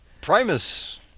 Primus